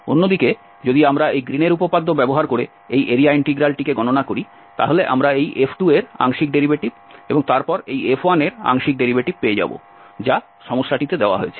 অন্যদিকে যদি আমরা এই গ্রীনের উপপাদ্য ব্যবহার করে এই এরিয়া ইন্টিগ্রালটিকে গণনা করি তাহলে আমরা এই F2 এর আংশিক ডেরিভেটিভ এবং তারপর এই F1 এর আংশিক ডেরিভেটিভ পেয়ে যাব যা সমস্যাটিতে দেওয়া হয়েছে